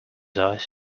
eyes